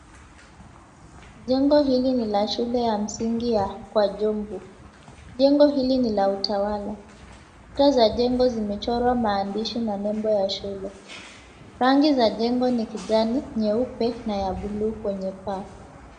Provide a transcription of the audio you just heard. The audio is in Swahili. Jengo hili ni la Shule ya Msingi ya Kwa jomvu. Jengo hili ni la utawala. Kuta za jengo zimechorwa maandishi na nembo ya shule. Rangi za jengo ni kijani nyeupe na ya buluu kwenye paa.